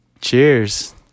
Cheers